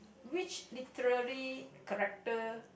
which literally character